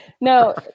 no